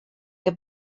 que